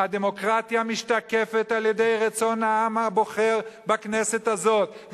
הדמוקרטיה משתקפת על-ידי רצון העם הבוחר בכנסת הזאת,